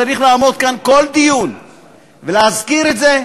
צריך לעמוד כאן כל דיון ולהזכיר את זה: